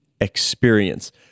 experience